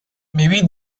maybe